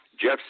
Jeff